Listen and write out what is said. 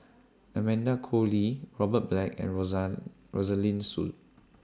Amanda Koe Lee Robert Black and Rosa Rosaline Soon